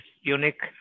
unique